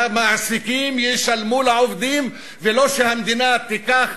שהמעסיקים ישלמו לעובדים, ולא שהמדינה תיקח